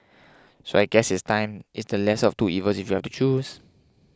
so I guess it's time it's the lesser of two evils if you have to choose